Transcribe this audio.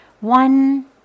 One